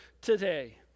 today